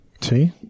See